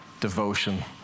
devotion